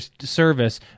service